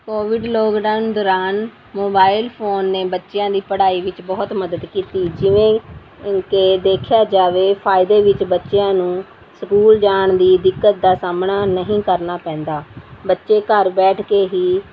Covid lockdown ਦੌਰਾਨ mobile phone ਨੇ ਬੱਚਿਆਂ ਦੀ ਪੜ੍ਹਾਈ ਵਿੱਚ ਬਹੁਤ ਮਦਦ ਕੀਤੀ ਜਿਵੇਂ ਕਿ ਦੇਖਿਆ ਜਾਵੇ ਫਾਇਦੇ ਵਿੱਚ ਬੱਚਿਆਂ ਨੂੰ ਸਕੂਲ ਜਾਣ ਦੀ ਦਿੱਕਤ ਦਾ ਸਾਹਮਣਾ ਨਹੀਂ ਕਰਨਾ ਪੈਂਦਾ ਬੱਚੇ ਘਰ ਬੈਠ ਕੇ ਹੀ